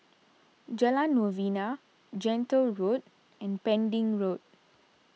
Jalan Novena Gentle Road and Pending Road